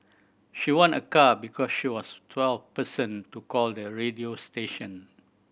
she won a car because she was twelfth person to call the radio station